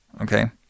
okay